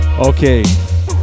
Okay